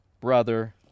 brother